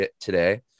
today